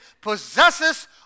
possesses